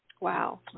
Wow